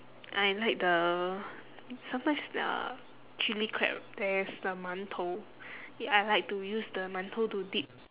I like the sometimes their chilli crab there is the mantou ya I like to use the mantou to dip